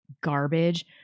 garbage